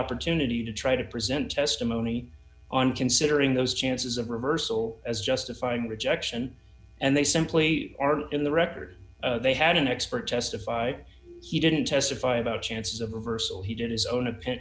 opportunity to try to present testimony on considering those chances of reversal as justifying rejection and they simply aren't in the record they had an expert testified he didn't testify about chances of reversal he did his own